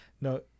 no